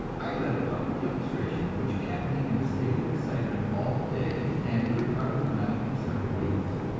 i led a public demonstration which kept me in a state of excitement all the day and a good part of the night several weeks.